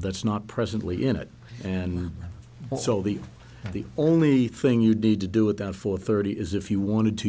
that's not presently in it and so the the only thing you need to do it out for thirty is if you wanted to